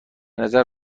نظر